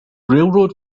railroad